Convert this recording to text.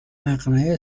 مقنعه